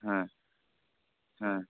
ᱦᱮᱸ ᱦᱮᱸ